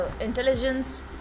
intelligence